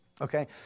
Okay